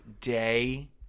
day